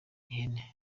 ihene